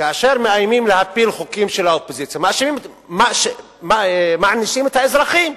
כאשר מאיימים להפיל חוקים של האופוזיציה מענישים את האזרחים.